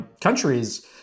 countries